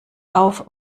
auf